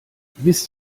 wisst